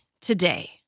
today